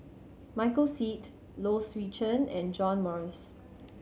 Michael Seet Low Swee Chen and John Morrice